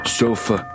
sofa